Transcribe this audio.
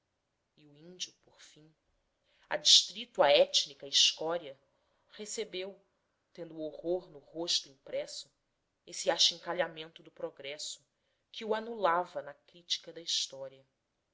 e o índio por fim adstrito à étnica escória recebeu tendo o horror no rosto impresso esse achincalhamento do progresso que o anulava na crítica da história